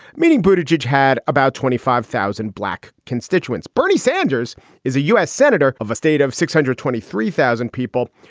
meaning buddha jej had about twenty five thousand black constituents. bernie sanders is a u s. senator of a state of six hundred twenty three thousand people,